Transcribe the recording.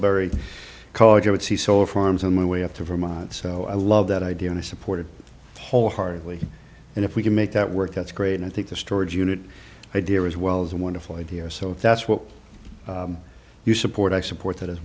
ury college i would see solar farms on my way up to vermont so i love that idea and i support it wholeheartedly and if we can make that work that's great i think the storage unit idea as well as a wonderful idea so that's what you support i support tha